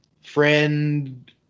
friend